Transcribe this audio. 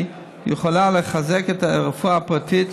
היא יכולה לחזק את הרפואה הפרטית.